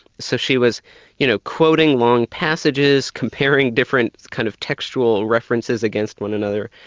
so she was you know quoting long passages, comparing different kind of textual references against one another,